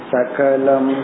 Sakalam